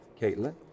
Caitlin